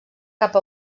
cap